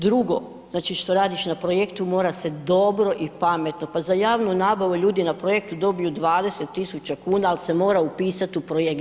Drugo, znači što radiš na projektu mora se dobro i pametno, pa za javnu nabavu ljudi na projektu dobiju 20.000 kuna, ali se mora upisati u projekt.